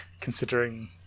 considering